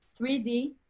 3d